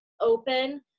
open